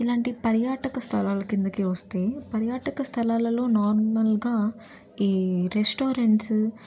ఇలాంటి పర్యాటక స్థలాల కిందకే వస్తే పర్యాటక స్థలాలలో నార్మల్గా ఈ రెస్టారెంట్స్